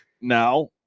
now